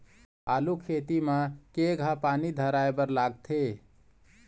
आलू खेती म केघा पानी धराए बर लागथे?